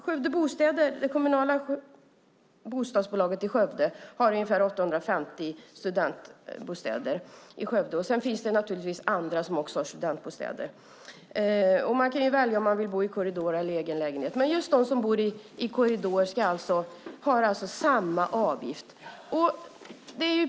Skövdebostäder, det kommunala bostadsbolaget i Skövde, har ungefär 850 studentbostäder i Skövde. Sedan finns det naturligtvis andra som också har studentbostäder. Man kan välja om man vill bo i korridor eller egen lägenhet, men just de som bor i korridor har alltså samma avgift.